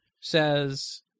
says